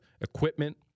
equipment